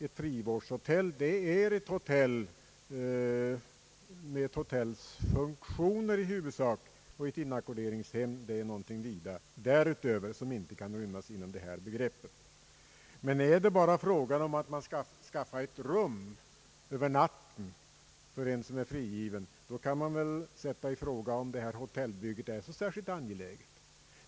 Ett frivårdshotell är ett hotell med ett sådants funktioner i huvudsak, och ett inackorderingshem är något vida därutöver, som inte kan rymmas inom detta begrepp. är det däremot bara fråga om att skaffa rum över natten för frigivna, kan man ifrågasätta om ett hotellbygge är särskilt angeläget.